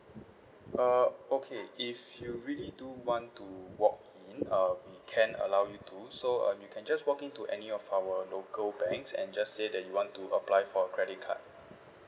uh okay if you really do want to walk in uh we can allow you to so um you can just walk in to any of our local banks and just say that you want to apply for credit card